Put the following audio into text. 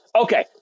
okay